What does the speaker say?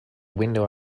window